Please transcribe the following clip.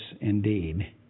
indeed